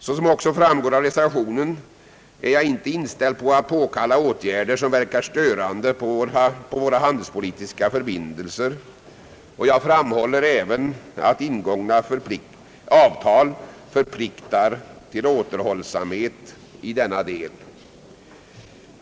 Såsom också framgår av reservationen är jag inte inställd på att påkalla åtgärder som verkar störande på våra handelspolitiska förbindelser, och jag framhåller även att ingångna avtal förpliktar till återhållsamhet i denna del.